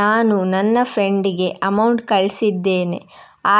ನಾನು ನನ್ನ ಫ್ರೆಂಡ್ ಗೆ ಅಮೌಂಟ್ ಕಳ್ಸಿದ್ದೇನೆ